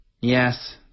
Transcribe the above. Yes